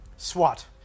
SWAT